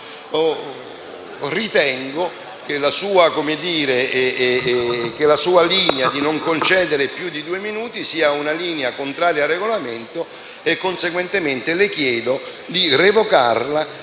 ritengo che la sua linea di non concedere più di due minuti sia contraria al Regolamento e conseguentemente le chiedo di revocarla,